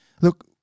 look